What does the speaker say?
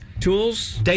Tools